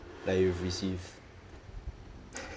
like you've received